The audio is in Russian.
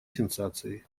сенсацией